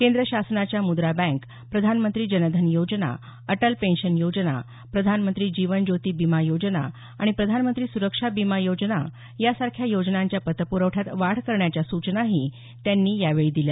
केंद्र शासनाच्या मुद्रा बँक प्रधानमंत्री जनधन योजना अटल पेन्शन योजना प्रधानमंत्री जीवन ज्योती बीमा योजना आणि प्रधानमंत्री सुरक्षा बीमा योजना यासारख्या योजनांच्या पत प्रवठ्यात वाढ करण्याच्या सूचनाही त्यांनी यावेळी दिल्या